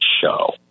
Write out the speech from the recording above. show